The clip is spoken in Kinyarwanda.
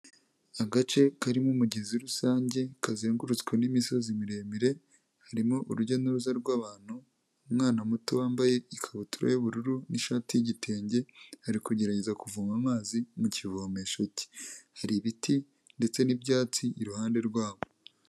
Agace karimo umugezi rusange kazengurutswe n'imisozi miremire harimo urujya n'uruza rw'abantu, umwana muto wambaye ikabutura y'ubururu n'ishati y'igitenge ari kugerageza kuvoma amazi mu kivomesho ke, hari ibiti ndetse n'ibyatsi iruhande rwabo.